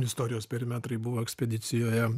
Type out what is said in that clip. istorijos perimetrai buvo ekspedicijoje